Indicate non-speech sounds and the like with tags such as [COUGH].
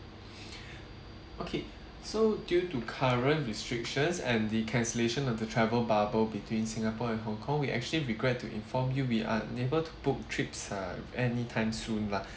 [BREATH] okay so due to current restrictions and the cancellation of the travel bubble between singapore and hong kong we actually regret to inform you we are unable to book trips uh anytime soon lah